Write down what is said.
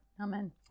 Amen